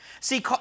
See